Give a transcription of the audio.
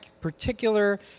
particular